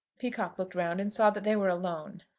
peacocke looked round and saw that they were alone.